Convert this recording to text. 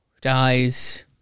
dies